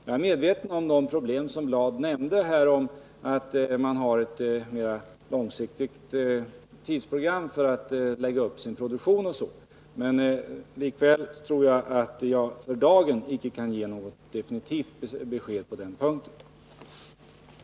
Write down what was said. Jag är medveten om de problem som Lennart Bladh nämnde beträffande det långsiktiga tidsprogram man har för att lägga upp sin produktion osv. Men likväl kan jag inte för dagen ge något definitivt besked på den här punkten.